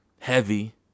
Heavy